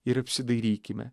ir apsidairykime